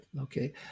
Okay